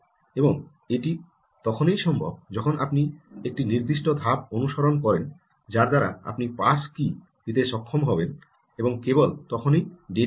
এবং এটি তখনই সম্ভব যখন আপনি একটি নির্দিষ্ট ধাপ অনুসরণ করেন যার দ্বারা আপনি পাস কী দিতে সক্ষম হবেন এবং কেবল তখনই ডেটা আসে